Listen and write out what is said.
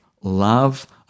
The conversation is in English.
love